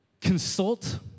Consult